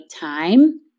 time